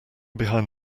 behind